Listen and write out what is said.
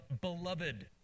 beloved